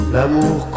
L'amour